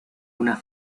una